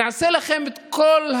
עצרת אותי מהדקה